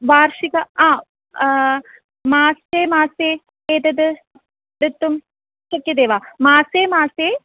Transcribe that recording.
वार्षिक आ मासे मासे एतद् धर्तुं शक्यते वा मासे मासे